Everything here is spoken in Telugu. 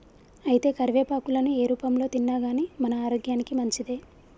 అయితే కరివేపాకులను ఏ రూపంలో తిన్నాగానీ మన ఆరోగ్యానికి మంచిదే